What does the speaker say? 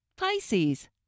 Pisces